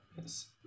yes